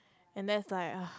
and that's like ugh